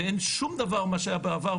ואין שום דבר ממה שהיה בעבר,